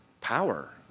power